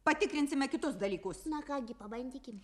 patikrinsime kitus dalykus